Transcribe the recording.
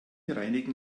reinigen